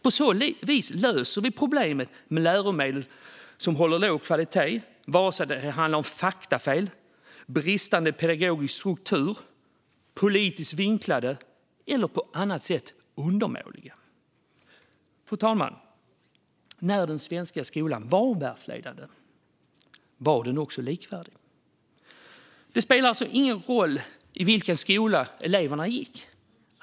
På så vis löser vi problemet med läromedel som håller låg kvalitet, oavsett om det handlar om faktafel, bristande pedagogisk struktur eller politiskt vinklade eller på annat sätt undermåliga läromedel. Fru talman! När den svenska skolan var världsledande var den också likvärdig. Det spelade alltså ingen roll i vilken skola eleverna gick.